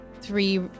three